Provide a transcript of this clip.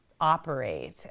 operate